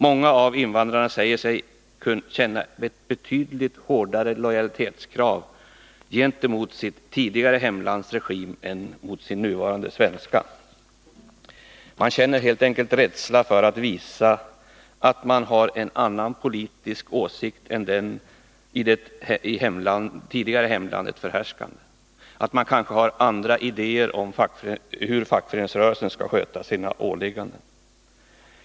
Många av invandrarna säger sig känna ett betydligt hårdare krav på lojalitet gentemot sitt tidigare hemlands regim än mot sin nuvarande svenska. Man känner helt enkelt rädsla för att visa att man har en annan politisk åsikt än den i det tidigare hemlandet förhärskande, att man kanske har andra idéer om hur fackföreningsrörelsen skall sköta sina åligganden.